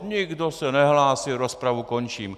Nikdo se nehlásí, rozpravu končím.